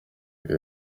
uyu